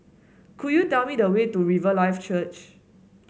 could you tell me the way to Riverlife Church